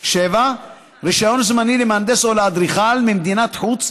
7. רישיון זמני למהנדס או לאדריכל ממדינת חוץ,